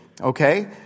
Okay